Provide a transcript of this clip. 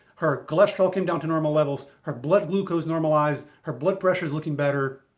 her cholesterol came down to normal levels, her blood glucose normalized, her blood pressure is looking better.